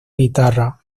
guitarra